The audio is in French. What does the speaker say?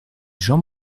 jean